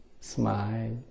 smile